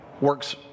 works